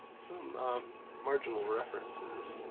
some marginal references.